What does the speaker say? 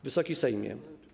Wysoki Sejmie!